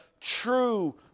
true